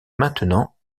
maintenant